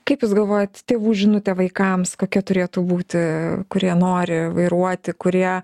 kaip jūs galvojat tėvų žinutė vaikams kokia turėtų būti kurie nori vairuoti kurie